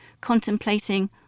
contemplating